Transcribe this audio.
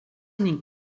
ning